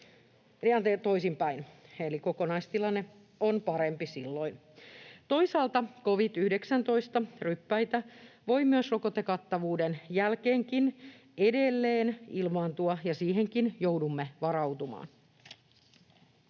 jolloin kokonaistilanne on parempi. Toisaalta covid-19-ryppäitä voi rokotekattavuuden lisääntymisen jälkeenkin edelleen ilmaantua, ja siihenkin joudumme varautumaan.